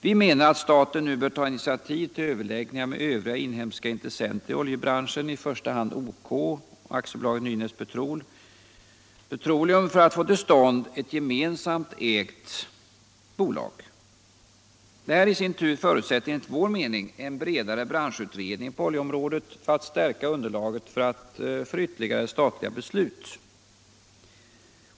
Vi menar att staten nu bör ta initiativ till överläggningar med övriga inhemska intressenter i oljebranschen, i första hand OK och AB Nynäs Petroleum, för att få till stånd ett gemensamt ägt bolag. Detta i sin tur förutsätter enligt vår mening en bredare branschutredning på oljeområdet för att stärka underlaget för ytterligare statliga beslut.